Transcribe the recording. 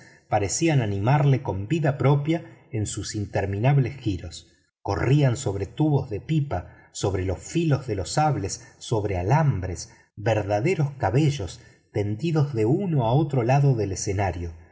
parecían animarlo con vida propia en sus interminables giros corrían sobre tubos de pipa sobre los filos de los sables sobre alambres verdaderos cabellos tendidos de uno a otro lado del escenario